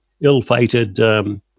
ill-fated